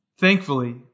Thankfully